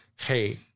hey